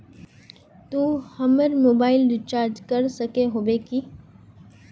तू हमर mobile recharge कर सके होबे की?